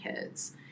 kids